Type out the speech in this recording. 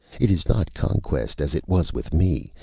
it is not conquest, as it was with me.